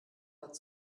hat